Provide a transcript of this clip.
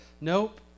Nope